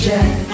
Jack